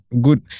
good